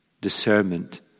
discernment